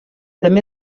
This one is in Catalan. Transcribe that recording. també